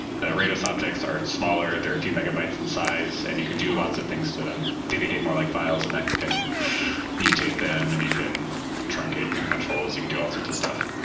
the rados objects are smaller. they're a few megabytes in and size and you can do lots of things to them. they behave more like files and that you can mutate them and you can truncate, you can punch holes, you can do all sorts of stuff.